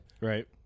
right